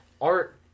art